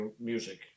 music